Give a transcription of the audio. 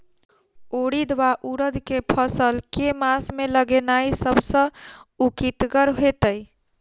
उड़ीद वा उड़द केँ फसल केँ मास मे लगेनाय सब सऽ उकीतगर हेतै?